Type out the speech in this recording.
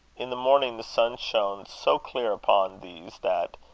in the morning the sun shone so clear upon these, that,